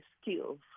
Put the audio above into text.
skills